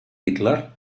hitler